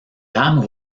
rames